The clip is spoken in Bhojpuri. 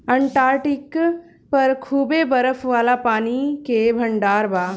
अंटार्कटिक पर खूबे बरफ वाला पानी के भंडार बा